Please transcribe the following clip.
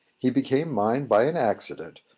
he became mine by an accident,